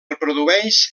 reprodueix